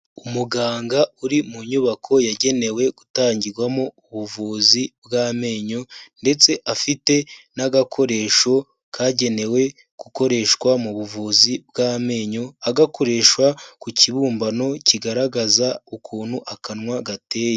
Umuganga uri mu nyubako yagenewe gutangirwamo ubuvuzi bw'amenyo ndetse afite n'agakoresho kagenewe gukoreshwa mu buvuzi bw'amenyo, agakoresha ku kibumbano kigaragaza ukuntu akanwa gateye.